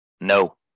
No